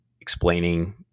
explaining